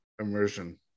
immersion